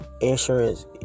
insurance